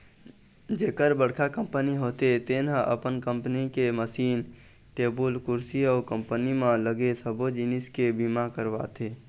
जेखर बड़का कंपनी होथे तेन ह अपन कंपनी के मसीन, टेबुल कुरसी अउ कंपनी म लगे सबो जिनिस के बीमा करवाथे